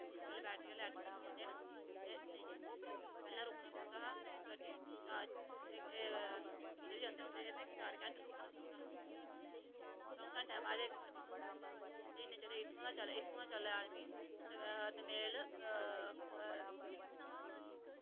अजकल बैटरी आह्ले ऑटो चले दे न ते लेई जंदे पैह्लें रुकना पौंदा हा गड्डी कुदै बी जंदे होंदे हे रुकना पौंदा हा चंऊ घैंटें दे बाद इक्क गड्डी थ्होंदी होंदी ही ते इन्ने चिर इत्थुआं चले दा आदमी दमेल